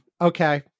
Okay